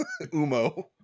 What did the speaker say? umo